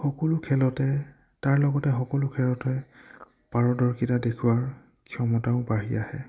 সকলো খেলতে তাৰ লগতে সকলো খেলতে পাৰদৰ্শিতা দেখুৱাৰ ক্ষমতাও বাঢ়ি আহে